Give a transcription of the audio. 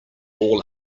all